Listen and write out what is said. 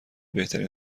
بهترین